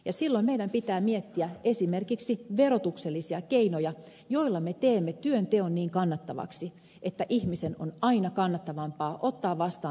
silloin meidän pitää miettiä esimerkiksi verotuksellisia keinoja joilla me teemme työnteon niin kannattavaksi että ihmisen on aina kannattavampaa ottaa vastaan työtä